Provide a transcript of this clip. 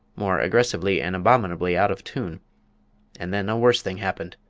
more aggressively and abominably out of tune and then a worse thing happened.